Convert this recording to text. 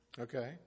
Okay